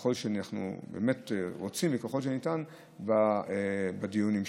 ככל שאנחנו רוצים וככל שניתן בדיונים שלך.